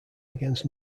against